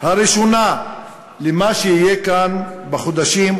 הראשונה למה שיהיה כאן בחודשים,